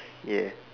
yes